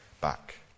back